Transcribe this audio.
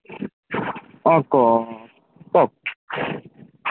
অঁ ক কওক